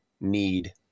need